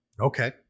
Okay